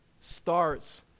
starts